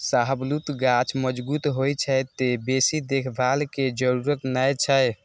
शाहबलूत गाछ मजगूत होइ छै, तें बेसी देखभाल के जरूरत नै छै